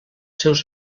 seus